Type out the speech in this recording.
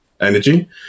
energy